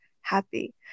happy